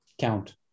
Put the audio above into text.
count